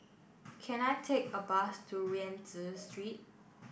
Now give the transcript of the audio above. can I take a bus to Rienzi Street